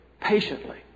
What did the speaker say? patiently